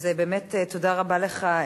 אז באמת תודה רבה לך,